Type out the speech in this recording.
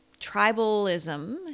tribalism